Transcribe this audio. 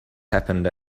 happened